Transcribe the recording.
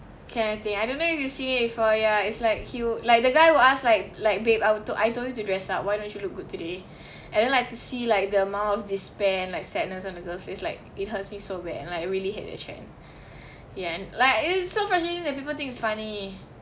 can I think I don't know if you see it before ya it's like he would like the guy will ask like like babe I'd to~ I told you to dress up why don't you look good today and then like to see like the amount of despair and like sadness on the girls face like it hurts me so bad and like really had to change ya like it's so funny that people think it's funny